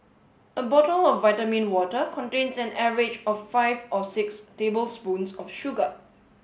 a bottle of vitamin water contains an average of five or six tablespoons of sugar